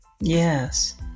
yes